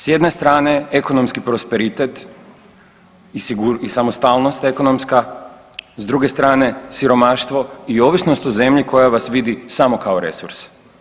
S jedne strane ekonomski prosperitet i samostalnost ekonomska, s druge strane siromaštvo i ovisnost o zemlji koja vas vidi samo kao resurs.